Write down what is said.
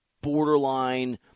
borderline